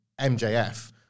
MJF